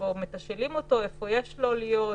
שבו מתשאלים אותו אם יש לו איפה להיות,